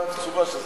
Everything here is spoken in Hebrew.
הבנתי, אוקיי.